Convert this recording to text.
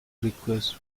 request